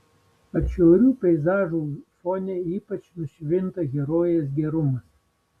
atšiaurių peizažų fone ypač nušvinta herojės gerumas